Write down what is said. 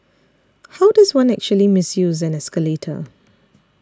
how does one actually misuse an escalator